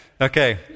Okay